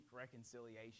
reconciliation